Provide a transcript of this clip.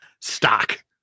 stock